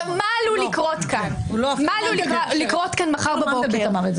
מה עלול לקרות כאן מחר בבוקר?